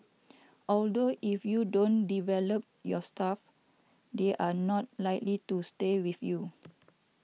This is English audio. although if you don't develop your staff they are not likely to stay with you